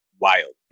wild